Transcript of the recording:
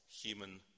human